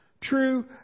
True